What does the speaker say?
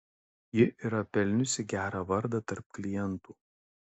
ji yra pelniusi gerą vardą tarp klientų